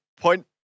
point